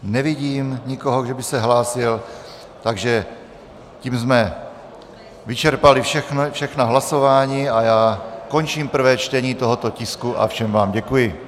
Nevidím nikoho, že by se hlásil, takže tím jsme vyčerpali všechna hlasování a já končím prvé čtení tohoto tisku a všem vám děkuji.